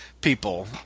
people